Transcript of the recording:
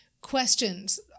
questions